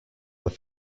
were